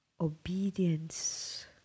obedience